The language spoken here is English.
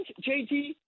JT